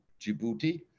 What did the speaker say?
Djibouti